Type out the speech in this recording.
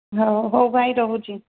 ହଉ ହଉ ଭାଇ ରହୁଛି